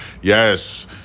Yes